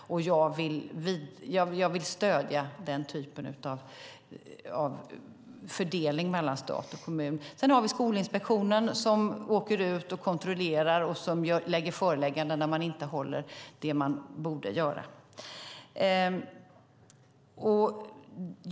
Jag vill stödja den typen av fördelning mellan stat och kommun. Sedan har vi Skolinspektionen som kontrollerar och som kommer med förelägganden om man inte gör det man borde göra.